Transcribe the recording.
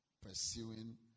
Pursuing